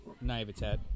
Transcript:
naivete